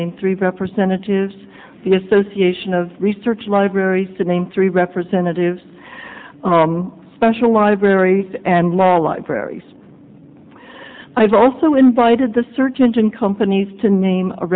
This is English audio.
name three representatives the association of research libraries to name three representatives special libraries and law libraries i've also invited the search engine companies to name a